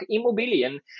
Immobilien